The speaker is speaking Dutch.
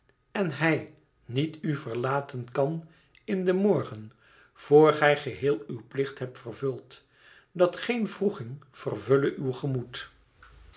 en hij niet u verlaten kan in den morgen voor gij geheel uw plicht hebt vervuld dat geen wroeging vervulle uw gemoed